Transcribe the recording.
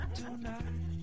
tonight